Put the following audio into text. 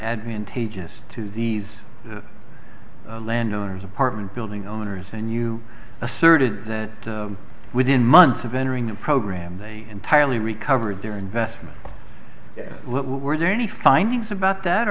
advantageous to these landowners apartment building owners and you asserted that within months of entering the program they entirely recovered their investment what were there any findings about that